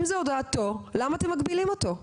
אם זה הודעתו אז למה אתם מגבילים אותו?